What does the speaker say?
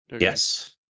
Yes